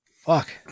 Fuck